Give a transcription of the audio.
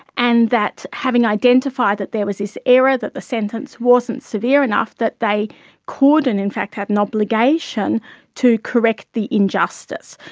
and that having identified that there was this error, that the sentence wasn't severe enough, that they could and in fact had an obligation to correct the injustice.